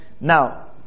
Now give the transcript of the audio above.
Now